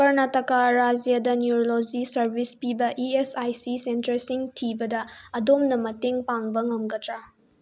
ꯀꯔꯅꯥꯇꯀꯥ ꯔꯥꯏꯖ꯭ꯌꯥꯗ neurology service ꯄꯤꯕ E S I C ꯁꯦꯟꯇꯔꯁꯤꯡ ꯊꯤꯕꯗ ꯑꯗꯣꯝꯅ ꯃꯇꯦꯡ ꯄꯥꯡꯕ ꯉꯝꯒꯗ꯭ꯔꯥ